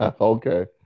Okay